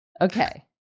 Okay